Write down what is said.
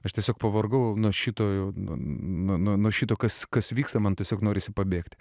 aš tiesiog pavargau nuo šito nuo šito kas kas vyksta man tiesiog norisi pabėgti